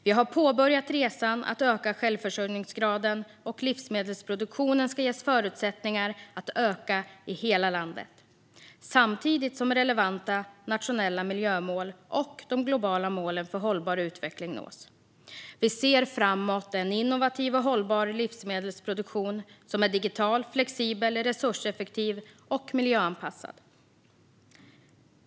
Vi har påbörjat resan att öka självförsörjningsgraden. Livsmedelsproduktionen ska ges förutsättningar att öka i hela landet, samtidigt som relevanta nationella miljömål och de globala målen för hållbar utveckling nås. Vi ser framöver en innovativ och hållbar livsmedelsproduktion som är digital, flexibel, resurseffektiv och miljöanpassad.